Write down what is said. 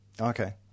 Okay